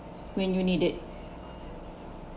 when you need it